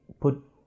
put